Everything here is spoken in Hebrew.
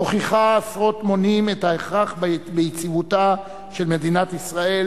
המוכיחה עשרת מונים את ההכרח ביציבותה של מדינת ישראל,